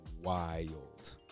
wild